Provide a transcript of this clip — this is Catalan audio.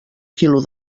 quilo